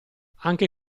anche